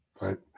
Right